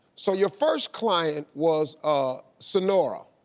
so your first client was ah sinora.